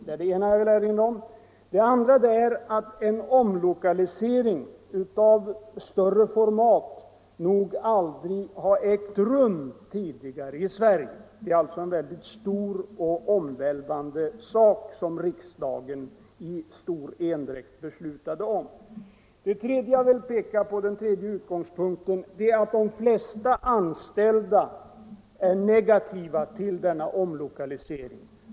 Den andra utgångspunkten är att en omlokalisering av större format nog aldrig har ägt rum tidigare i Sverige. Det är alltså en väldigt omfattande och omvälvande åtgärd som riksdagen i stor endräkt beslutat om. Den tredje utgångspunkten är att de flesta anställda är negativa till omlokaliseringen.